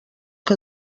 què